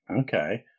Okay